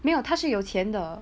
没有她是有钱的